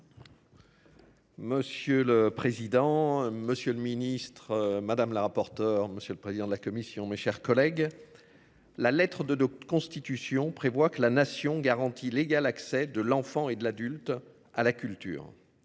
Monsieur le. Monsieur le ministre, madame la rapporteure. Monsieur le président de la commission. Mes chers collègues. La lettre de, de constitution prévoit que la nation garantit l'égal accès de l'enfant et de l'adulte à la culture